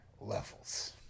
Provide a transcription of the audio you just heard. levels